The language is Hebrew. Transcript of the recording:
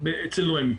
אצל רמ"י.